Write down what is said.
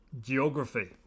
Geography